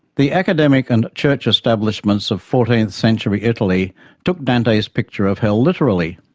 the academic and church establishments of fourteenth-century italy took dante's picture of hell literally.